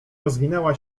rozwinęła